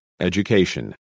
education